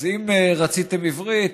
אז אם רציתם עברית,